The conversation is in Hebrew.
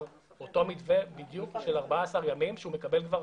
אותו מתווה בדיוק של 14 ימים שהוא מקבל כבר